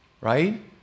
Right